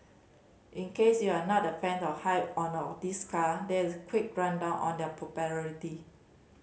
in case you're not a fan of high or not this car there is quick rundown on their popularity